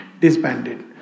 disbanded